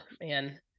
man